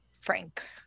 Frank